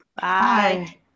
Bye